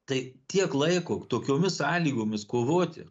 tai tiek laiko tokiomis sąlygomis kovoti